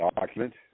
document